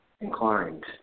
inclined